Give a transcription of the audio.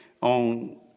on